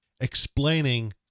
explaining